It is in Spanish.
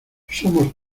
somos